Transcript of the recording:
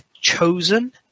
chosen